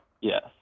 Yes